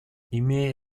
имея